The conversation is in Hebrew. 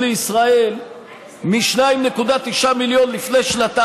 אדוני השר,